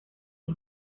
los